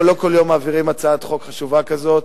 לא כל יום מעבירים הצעת חוק חשובה כזו.